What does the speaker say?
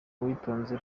uwitonze